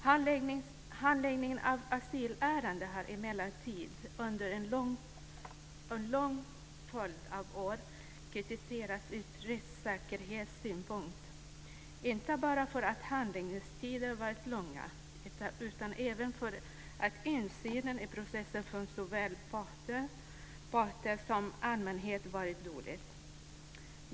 Handläggningen av asylärenden har emellertid under en lång följd av år kritiserats ur rättssäkerhetssynpunkt, inte bara därför att handläggningstiderna har varit långa utan även för att insynen i processen för såväl parter som allmänhet varit dålig.